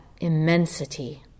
immensity